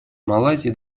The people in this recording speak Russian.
малайзия